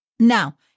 Now